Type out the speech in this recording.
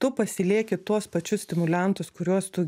tu pasilieki tuos pačius stimuliantus kuriuos tu